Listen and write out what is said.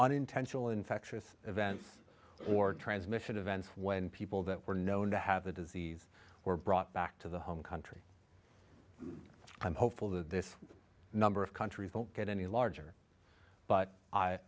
unintentional infectious events or transmission events when people that were known to have the disease were brought back to the home country i'm hopeful that this number of countries don't get any larger but i